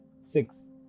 six